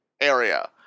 area